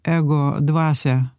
ego dvasią